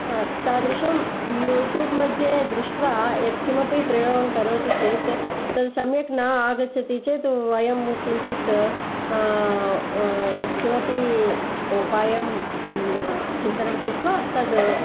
तादृशं यूट्यूब् मध्ये दृष्ट्वा यत् किमपि प्रयोगं करोति चेत् तत् सम्यक् न आगच्छति चेत् वयं किञ्चित् यत् किमपि उपायं चिन्तनं कृत्वा तत्